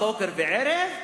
בוקר וערב,